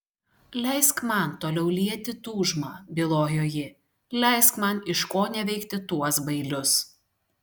leisk man toliau lieti tūžmą bylojo ji leisk man iškoneveikti tuos bailius